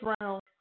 round